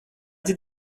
dit